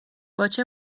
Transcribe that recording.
باچه